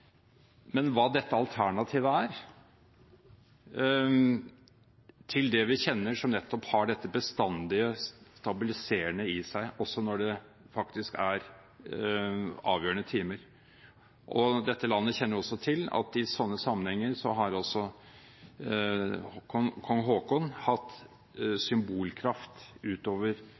Men hva er dette alternativet til det vi kjenner, det som nettopp har dette bestandige og stabiliserende i seg, også når det faktisk er avgjørende timer? Dette landet kjenner også til at i slike sammenhenger